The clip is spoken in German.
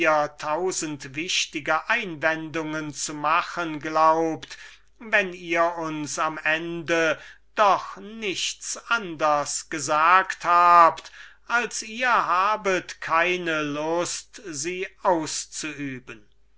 tausend scheinbare einwendungen zu machen glaubt wenn ihr uns am ende doch nichts anders gesagt habt als ihr habet keine lust sie auszuüben